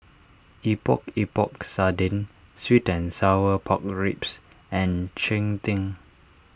Epok Epok Sardin Sweet and Sour Pork Ribs and Cheng Tng